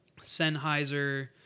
Sennheiser